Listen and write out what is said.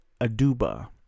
Aduba